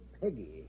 Peggy